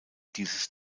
dieses